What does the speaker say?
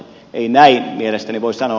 ei näin mielestäni voi sanoa